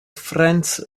franz